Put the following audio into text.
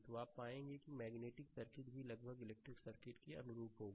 तो आप पाएंगे कि मैग्नेटिक सर्किट भी लगभग इलेक्ट्रिकल सर्किट के अनुरूप होगा